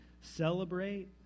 celebrate